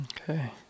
Okay